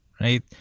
right